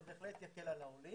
זה בהחלט יקל על העולים